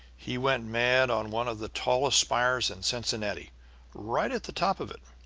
he went mad on one of the tallest spires in cincinnati right at the top of it.